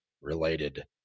related